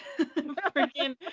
freaking